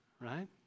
right